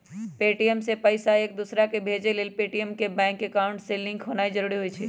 Paytm से पईसा एकदोसराकेँ भेजे लेल पेटीएम के बैंक अकांउट से लिंक होनाइ जरूरी होइ छइ